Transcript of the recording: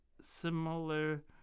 similar